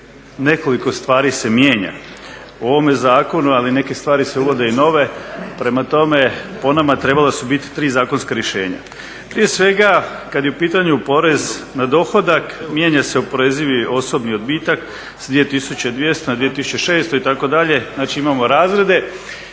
nekoliko stvari se mijenja u ovome zakonu, ali neke stvari se uvode i nove, prema tome po nama trebala su biti tri zakonska rješenja. Prije svega, kad je u pitanju porez na dohodak, mijenja se oporezivi, osobni odbitak s 2200 na 2600, itd., znači imamo razrede